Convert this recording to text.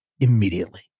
immediately